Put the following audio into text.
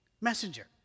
Messenger